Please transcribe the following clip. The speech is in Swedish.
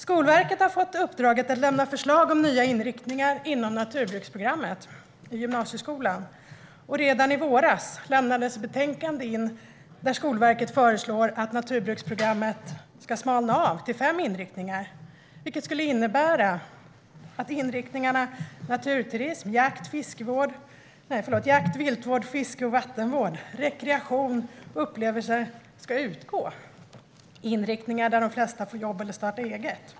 Skolverket har fått uppdraget att lämna förslag om nya inriktningar inom gymnasieskolans naturbruksprogram. Redan i våras lämnades betänkandet in, där Skolverket föreslår att naturbruksprogrammet ska smalna av till fem inriktningar. Det skulle innebära att inriktningarna för naturturism, jakt, viltvård, fiske och vattenvård, rekreation och upplevelser ska utgå - inriktningar där de flesta får jobb eller startar eget.